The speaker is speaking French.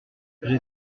j’ai